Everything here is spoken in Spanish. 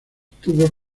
tubos